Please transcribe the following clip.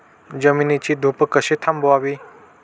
जमिनीची धूप कशी थांबवावी?